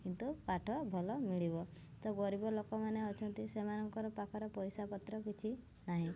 କିନ୍ତୁ ପାଠ ଭଲ ମିଳିବ ତ ଗରିବ ଲୋକମାନେ ଅଛନ୍ତି ସେମାନଙ୍କର ପାଖରେ ପଇସା ପତ୍ର କିଛି ନାହିଁ